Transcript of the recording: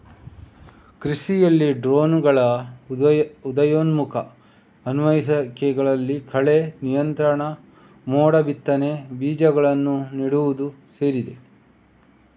ಕೃಷಿಯಲ್ಲಿ ಡ್ರೋನುಗಳ ಉದಯೋನ್ಮುಖ ಅನ್ವಯಿಕೆಗಳಲ್ಲಿ ಕಳೆ ನಿಯಂತ್ರಣ, ಮೋಡ ಬಿತ್ತನೆ, ಬೀಜಗಳನ್ನು ನೆಡುವುದು ಸೇರಿದೆ